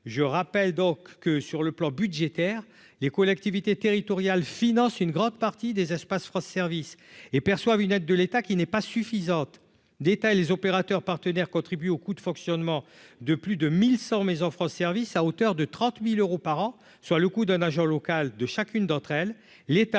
je rappelle donc que sur le plan budgétaire, les collectivités territoriales financent une grande partie des espaces froid service et perçoivent une aide de l'État qui n'est pas suffisante, détaillent les opérateurs partenaires contribue au coût de fonctionnement de plus de 1100 France : service à hauteur de 30000 euros par an, soit le coût d'un agent local de chacune d'entre elles,